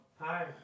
hi